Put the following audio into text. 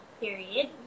period